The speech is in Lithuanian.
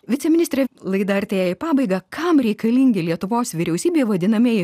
viceministre laida artėja į pabaigą kam reikalingi lietuvos vyriausybei vadinamieji